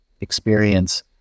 experience